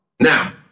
Now